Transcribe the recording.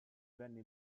venne